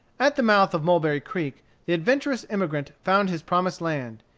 at the mouth of mulberry creek the adventurous emigrant found his promised land.